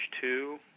two